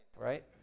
right